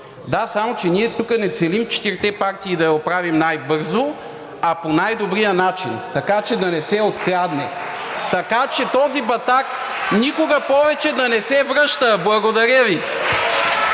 Да, само че ние тук не целим четирите партии да я оправим най-бързо, а по най-добрия начин, така че да не се открадне, така че този батак никога повече да не се връща. Благодаря Ви.